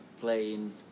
playing